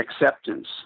acceptance